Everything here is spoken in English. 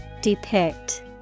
Depict